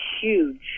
huge